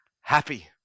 happy